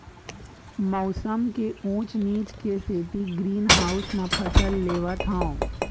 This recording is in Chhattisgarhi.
मउसम के ऊँच नीच के सेती ग्रीन हाउस म फसल लेवत हँव